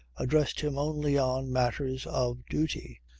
addressed him only on matters of duty.